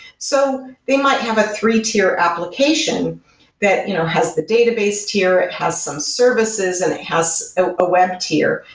so they might have a three-tier application that you know has the database tier. it has some services and it has a web tier,